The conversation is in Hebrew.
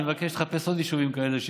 אני מבקש לחפש עוד יישובים כאלה,